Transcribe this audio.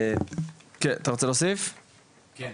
אתה רוצה להוסיף משהו?